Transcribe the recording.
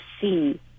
see